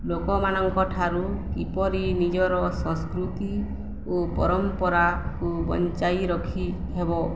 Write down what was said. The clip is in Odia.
ଲୋକମାନଙ୍କ ଠାରୁ କିପରି ନିଜର ସଂସ୍କୃତି ଓ ପରମ୍ପରାକୁ ବଞ୍ଚାଇ ରଖି ହେବ